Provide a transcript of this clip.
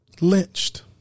lynched